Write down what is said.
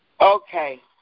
Okay